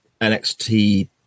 NXT